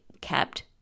kept